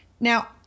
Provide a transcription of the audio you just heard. Now